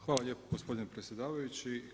Hvala lijepa gospodine predsjedavajući.